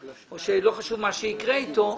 או שלא חשוב מה יקרה אתו,